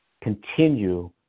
continue